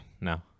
no